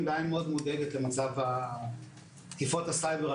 בעין מאוד מודאגת למצב התקיפות הסייבר,